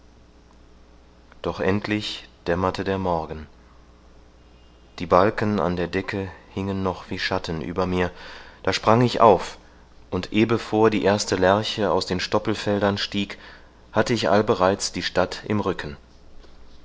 doch endlich dämmerte der morgen die balken an der decke hingen noch wie schatten über mir da sprang ich auf und ehbevor die erste lerche aus den stoppelfeldern stieg hatte ich allbereits die stadt im rücken